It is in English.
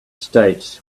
states